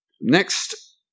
Next